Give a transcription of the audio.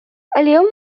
اليوم